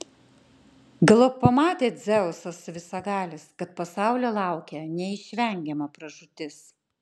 galop pamatė dzeusas visagalis kad pasaulio laukia neišvengiama pražūtis